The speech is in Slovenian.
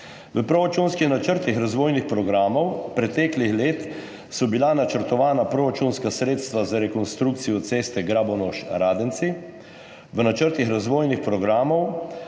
V proračunskih načrtih razvojnih programov preteklih let so bila načrtovana proračunska sredstva za rekonstrukcijo ceste Grabonoš–Radenci, v načrtih razvojnih programov,